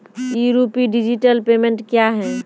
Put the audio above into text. ई rupee digital payment क्या हैं?